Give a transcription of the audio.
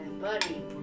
buddy